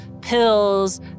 pills